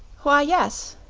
why, yes,